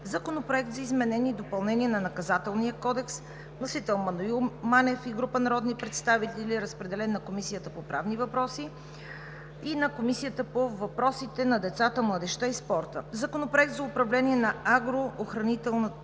Законопроект за изменение и допълнение на Наказателния кодекс. Вносител – Маноил Манев и група народни представители. Разпределен е на водещата Комисия по правни въпроси и на Комисията по въпросите на децата, младежта и спорта. Законопроект за управление на агрохранителната